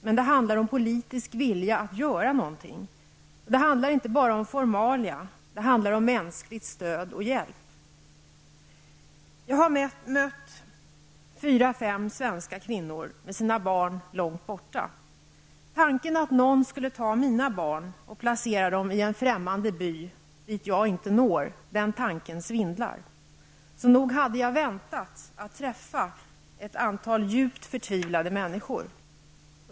Men det handlar om politisk vilja att göra någonting. Det handlar inte bara om formalia. Det handlar om mänskligt stöd och hjälp. Jag har mött fyra fem svenska kvinnor som har sina barn långt borta. Tanken att någon skulle ta mina barn och placera dem i en främmande by dit jag inte når, den tanker svindlar, så nog hade jag väntat att träffa ett antal djupt förtvivlade människor.